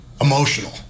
emotional